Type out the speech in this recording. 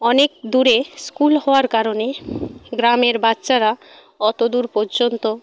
অনেক দূরে স্কুল হওয়ার কারণে গ্রামের বাচ্চারা অতদূর পর্যন্ত